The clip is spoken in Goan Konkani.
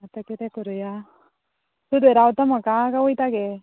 आतां किदें करुयां तूं थंय रावता म्हाका गा वयता गे